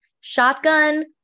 Shotgun